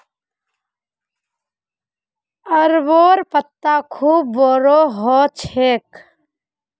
अरबोंर पत्ता खूब बोरो ह छेक